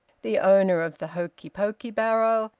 the owner of the hokey-pokey barrow,